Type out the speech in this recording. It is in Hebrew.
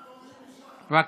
דברים שרואים מכאן לא רואים משם.